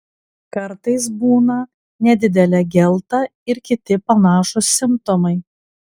kartais būna nedidelė gelta ir kiti panašūs simptomai